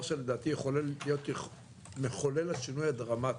שלדעתי יכול להיות מחולל השינוי הדרמטי.